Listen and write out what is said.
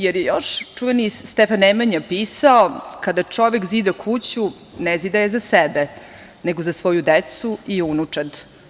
Još je čuveni Stefan Nemanja pisao: „Kada čovek zida kuću, ne zida je za sebe, nego za svoju decu i unučad.